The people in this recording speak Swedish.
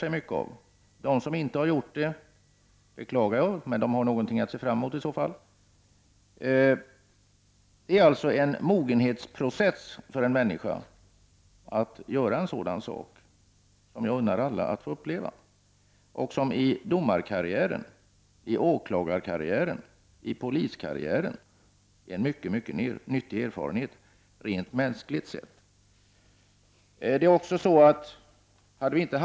Jag beklagar dem som inte har fått göra det, men de har i så fall någonting att se fram mot. En människa som vårdar barn genomgår en mognadsprocess, och jag unnar alla att uppleva det. Det är en mycket nyttig erfarenhet, rent mänskligt sett, i domarkarriären, åklagarkarriären och poliskarriären.